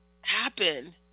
happen